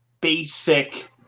basic